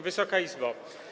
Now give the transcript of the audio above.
Wysoka Izbo!